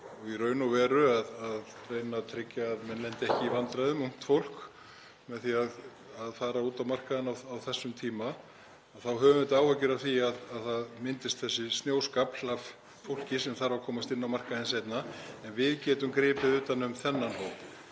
í raun og veru að reyna að tryggja að menn lendi ekki í vandræðum, ungt fólk, með því að fara út á markaðinn á þessum tíma — þá höfum við áhyggjur af því að það myndist þessi snjóskafl af fólki sem þarf að komast inn á markaðinn seinna. En við getum gripið utan um þennan hóp.